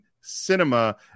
cinema